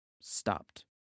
stopped